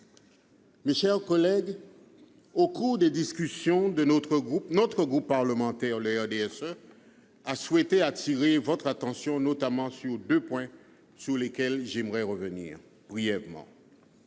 Mes chers collègues, au cours des discussions, le groupe du RDSE a souhaité attirer votre attention sur deux points, sur lesquels j'aimerais revenir brièvement.